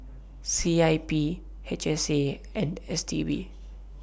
C I P H S A and S T B